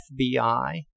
FBI